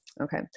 Okay